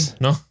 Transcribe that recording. No